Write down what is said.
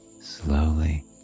Slowly